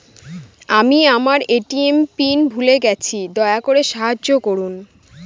আমি আমার ATM pin ভুলে গেছি, দয়া করে সাহায্য করুন